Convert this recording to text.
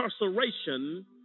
incarceration